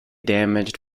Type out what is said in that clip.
damaged